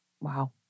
Wow